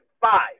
five